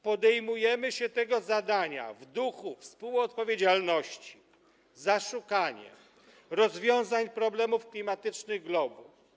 Podejmujemy się tego zadania w duchu współodpowiedzialności za szukanie rozwiązań problemów klimatycznych globu.